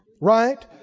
right